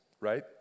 right